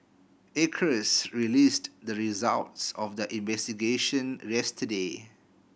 acres released the results of their investigation yesterday